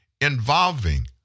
involving